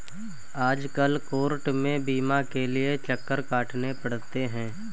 आजकल कोर्ट में बीमा के लिये चक्कर काटने पड़ते हैं